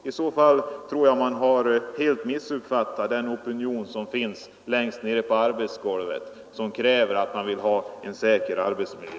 I så fall tror jag att man helt missuppfattat den opinion som finns längst ner på verkstadsgolvet, som kräver en säker arbetsmiljö.